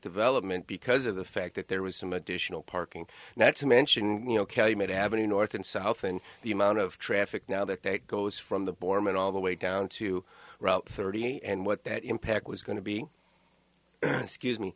development because of the fact that there was some additional parking not to mention you know calumet avenue north and south and the amount of traffic now that that goes from the borman all the way down to route thirty and what that impact was going to be excuse me